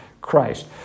Christ